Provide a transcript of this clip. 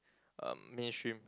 uh mainstream